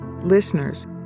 Listeners